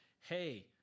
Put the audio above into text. hey